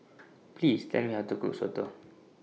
Please Tell Me How to Cook Soto